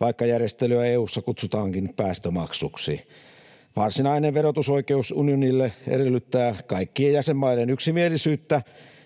vaikka järjestelyä EU:ssa kutsutaankin päästömaksuksi. Varsinainen verotusoikeus unionille edellyttää kaikkien jäsenmaiden yksimielisyyttä,